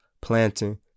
planting